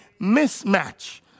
mismatch